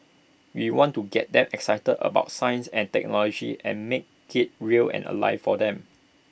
we want to get them excited about science and technology and make IT real and alive for them